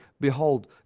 behold